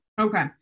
Okay